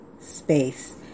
space